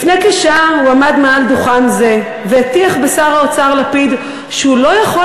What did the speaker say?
לפני כשעה הוא עמד מעל דוכן זה והטיח בשר האוצר לפיד שהוא לא יכול